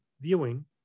viewing